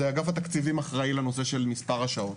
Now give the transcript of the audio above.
זה אגף תקציבים אחראי לנושא של מספר השעות.